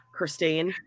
Christine